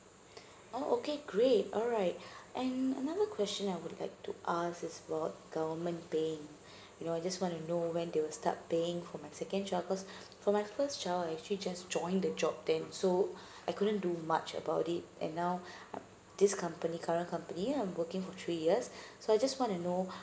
oh okay great alright and another question I would like to ask is about the government paying you know I just wanna know when they will start paying for my second child cause for my first child actually just join the job then so I couldn't do much about it and now this company current company I'm working for three years so I just want to know